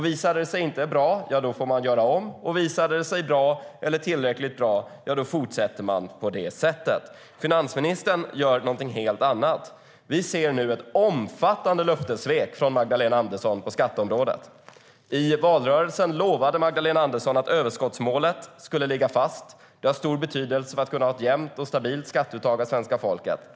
Visar det sig inte vara bra får man göra om, och om det visar sig vara bra eller tillräckligt bra fortsätter man på det sättet. Finansministern gör något helt annat. Vi ser nu ett omfattande löftessvek från Magdalena Andersson på skatteområdet. I valrörelsen lovade Magdalena Andersson att överskottsmålet skulle ligga fast. Det har stor betydelse för att kunna ha ett jämnt och stabilt skatteuttag av svenska folket.